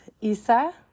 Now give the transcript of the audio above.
Isa